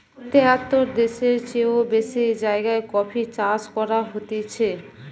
তেয়াত্তর দ্যাশের চেও বেশি জাগায় কফি চাষ করা হতিছে